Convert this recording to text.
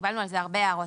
וקיבלנו על זה הרבה הערות,